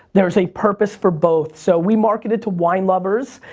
there's a purpose for both, so we marketed to wine lovers.